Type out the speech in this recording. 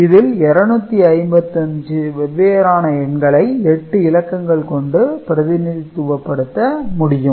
இதில் 255 வெவ்வேறான எண்களை 8 இலக்கங்கள் கொண்டு பிரதிநிதித்துவப்படுத்த முடியும்